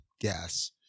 gas